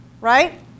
right